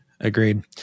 Agreed